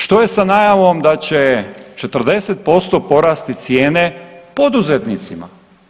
Što je sa najavom da će 40% porasti cijene poduzetnicima?